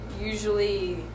Usually